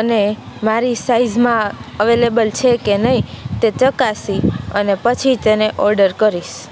અને મારી સાઇઝમાં અવેલેબલ છે કે નહીં તે ચકાસી અને પછી તેને ઓર્ડર કરીશ